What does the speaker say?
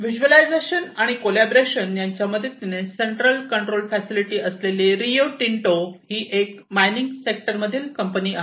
visualisation आणि collaboration यांच्या मदतीने सेंट्रल कंट्रोल फॅसिलिटी असलेली रिओ टिंटो ही एक मायनिंग सेक्टर मधली कंपनी आहे